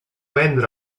vendre